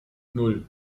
nan